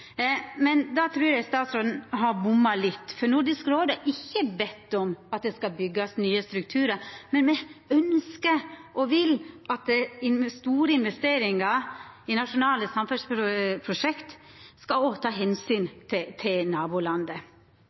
Men då trur eg statsråden har bomma litt, for Nordisk råd har ikkje bedt om at det skal byggjast nye strukturar, men me ønskjer og vil at ein ved store investeringar i nasjonale samferdselsprosjekt også skal ta omsyn til